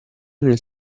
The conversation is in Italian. nel